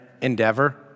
endeavor